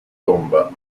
tomba